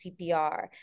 CPR